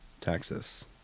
Texas